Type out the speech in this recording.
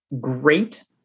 great